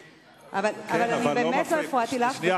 אני באמת לא הפרעתי לך.